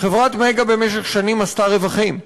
חברת "מגה" במשך שנים עשתה רווחים.